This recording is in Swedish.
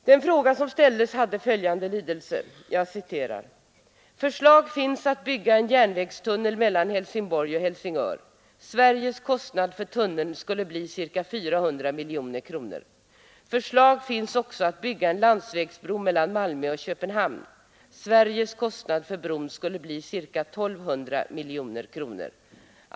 Den fråga som ställdes hade följande lydelse: ”Förslag finns att bygga en järnvägstunnel mellan Helsingborg och Helsingör. Sveriges kostnad för tunneln skulle bli ca 400 miljoner kronor. Förslag finns också att bygga en landsvägsbro mellan Malmö och Köpenhamn. Sveriges kostnad för bron skulle bli ca 1 200 miljoner kronor.